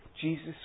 Jesus